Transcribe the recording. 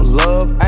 love